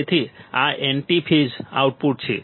તેથી આ antiphase output છે